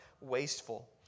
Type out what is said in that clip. wasteful